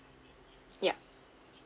yup